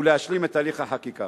להשלים את תהליך החקיקה."